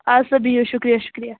اَدٕ سا بہِو شُکریہ شُکریہ